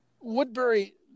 Woodbury